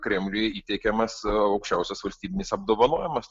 kremliui įteikiamas aukščiausias valstybinis apdovanojimas